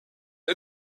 est